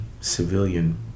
civilian